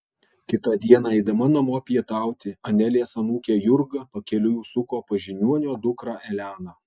kitą dieną eidama namo pietauti anelės anūkė jurga pakeliui užsuko pas žiniuonio dukrą eleną